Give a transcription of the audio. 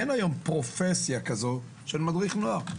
אין היום פרופסיה כזאת של מדריך נוער.